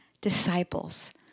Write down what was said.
disciples